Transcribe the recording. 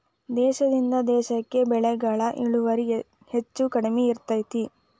ದೇಶದಿಂದ ದೇಶಕ್ಕೆ ಬೆಳೆಗಳ ಇಳುವರಿ ಹೆಚ್ಚು ಕಡಿಮೆ ಇರ್ತೈತಿ